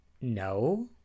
no